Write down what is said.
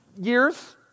years